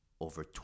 over